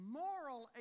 moral